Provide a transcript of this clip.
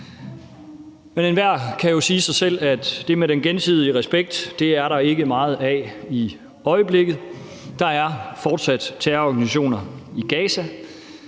og enhver kan jo sige sig selv, at gensidig respekt er der ikke meget af i øjeblikket. Der er fortsat terrororganisationer i Gaza,